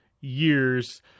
years